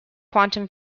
quantum